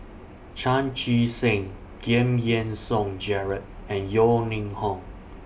Chan Chee Seng Giam Yean Song Gerald and Yeo Ning Hong